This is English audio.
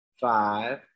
five